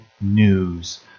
news